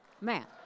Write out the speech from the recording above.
Man